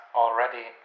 already